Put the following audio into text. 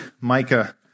Micah